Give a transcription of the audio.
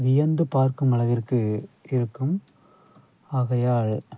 வியந்து பார்க்கும் அளவிற்கு இருக்கும் ஆகையால்